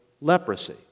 leprosy